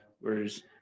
whereas